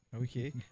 Okay